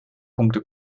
punkte